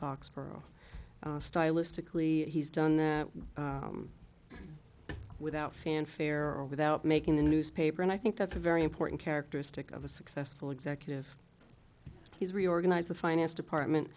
foxborough stylistically he's done it without fanfare or without making the newspaper and i think that's a very important characteristic of a successful executive he's reorganized the finance department